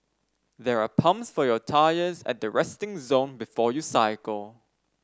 there are pumps for your tyres at the resting zone before you cycle